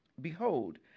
behold